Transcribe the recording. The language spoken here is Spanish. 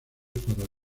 para